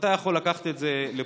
אתה יכול לקחת את זה לפוליטיקה,